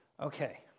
Okay